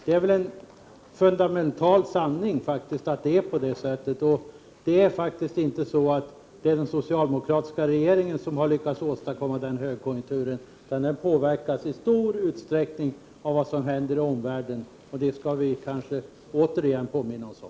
Det är en fundamental sanning att det är så. Det är inte den socialdemokratiska regeringen som har lyckats åstadkomma den högkonjunkturen, utan den påverkas i stor utsträckning av vad som händer i omvärlden. Det skall vi kanske återigen påminna oss om.